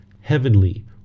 heavenly